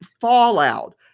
Fallout